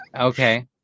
Okay